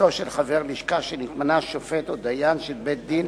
של חבר הלשכה שנתמנה שופט או דיין של בית-דין